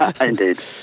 Indeed